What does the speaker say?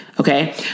okay